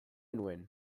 nuen